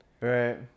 Right